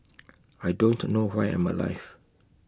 I don't know why I'm alive